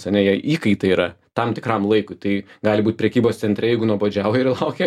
ane jie įkaitai yra tam tikram laikui tai gali būt prekybos centre jeigu nuobodžiauja ir laukia